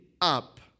up